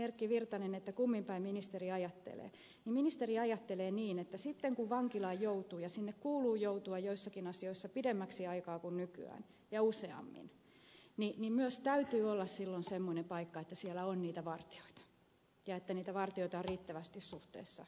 erkki virtanen kumminpäin ministeri ajattelee niin ministeri ajattelee niin että sitten kun vankilaan joutuu ja sinne kuuluu joutua joissakin asioissa pidemmäksi aikaa kuin nykyään ja useammin niin myös täytyy olla silloin semmoinen paikka että siellä on niitä vartijoita ja että niitä vartijoita on riittävästi suhteessa vankeihin